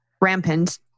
rampant